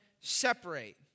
separate